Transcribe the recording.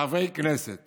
חברי כנסת